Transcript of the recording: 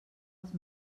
els